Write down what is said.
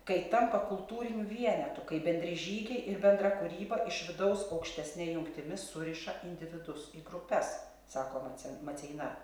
kai tampa kultūriniu vienetu kaip bendri žygiai ir bendra kūryba iš vidaus aukštesne jungtimi suriša individus į grupes sako macen maceina